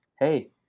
Hey